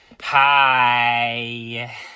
Hi